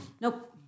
Nope